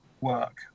work